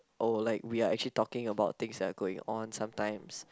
oh like we are actually talking about things that are going on sometimes